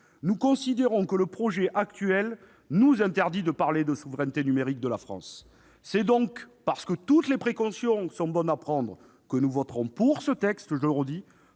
nous considérons que le projet actuel nous interdit de parler de souveraineté numérique de la France. C'est donc parce que toutes les précautions sont bonnes à prendre que nous voterons pour ce texte, tout en